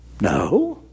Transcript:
No